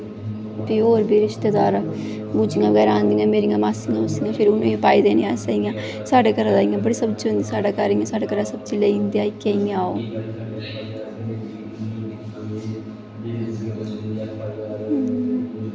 फ्ही होर रिश्तेदार बूजियां बगैरा आंदियां मासियां उ'नें गी पाई देने असें इ'यां साढ़ै घर बड़ी सब्जी होंदी साढ़ै घरा दा लेई जंदे इ'यां